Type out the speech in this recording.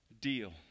deal